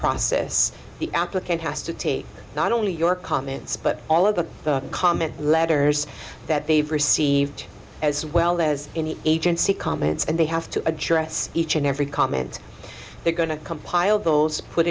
process the applicant has to take not only your comments but all of the comment letters that they've received as well as any agency comments and they have to address each and every comment they're going to compile those put